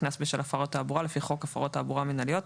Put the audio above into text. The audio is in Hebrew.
קנס בשל הפרת תעבורה לפי חוק הפרות תעבורה מנהליות,